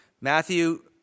Matthew